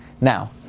Now